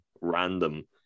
random